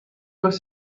was